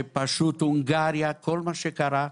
הונגריה, כל מה שקרה,